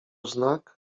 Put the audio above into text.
znak